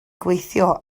gweithio